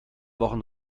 wochen